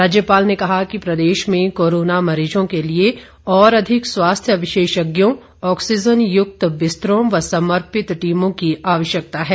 राज्यपाल ने कहा कि प्रदेश में कोरोना मरीजों के लिए और अधिक स्वास्थ्य विशेषज्ञों ऑक्सीजनयुक्त बिस्तरों व समर्पित टीमों की आवश्यकता है